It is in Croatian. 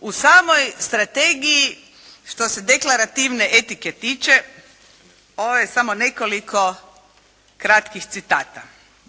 U samoj strategiji što se deklarativne etike tiče, ovo je samo nekoliko kratkih citata.